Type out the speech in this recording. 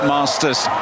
Masters